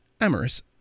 amorous